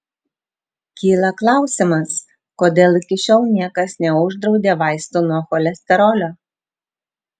kyla klausimas kodėl iki šiol niekas neuždraudė vaistų nuo cholesterolio